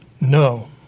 No